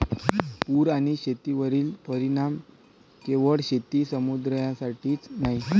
पूर आणि शेतीवरील परिणाम केवळ शेती समुदायासाठीच नाही